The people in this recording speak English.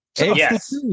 Yes